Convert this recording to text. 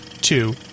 two